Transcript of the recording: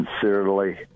sincerely